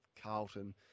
Carlton